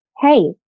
hey